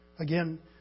Again